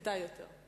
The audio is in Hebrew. כדאי יותר.